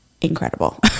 incredible